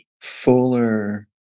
fuller